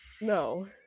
No